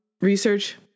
research